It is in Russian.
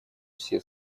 все